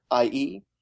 IE